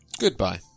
Goodbye